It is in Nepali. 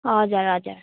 हजुर हजुर